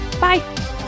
Bye